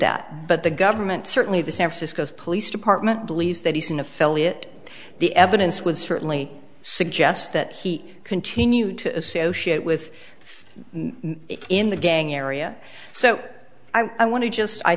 that but the government certainly this and cisco's police department believes that he's an affiliate the evidence was certainly suggest that he continued to associate with in the gang area so i want to just i